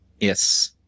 Yes